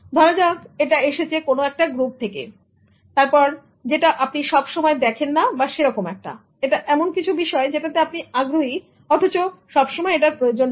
ধরা যাক এটা এসেছে কোন একটা গ্রুপ থেকে"ওকে" এবং তারপর যেটা আপনি সব সময় দেখেন না সেরকম একটা এটা এমন কিছু বিষয় যেটাতে আপনি আগ্রহী "ওকে"